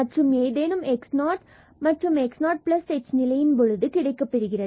மற்றும் ஏதேனும் xo மற்றும் x0h நிலையின் போது கிடைக்கப் பெறுகிறது